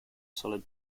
solid